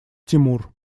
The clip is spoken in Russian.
тимур